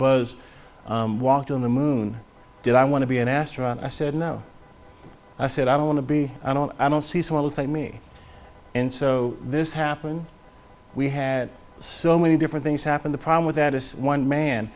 buzz walked on the moon did i want to be an astronaut and i said no i said i don't want to be i don't i don't see someone like me and so this happen we had so many different things happen the problem with that is one man